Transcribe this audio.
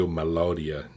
Melodia